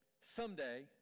someday